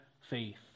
faith